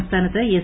സംസ്ഥാനത്ത് എസ്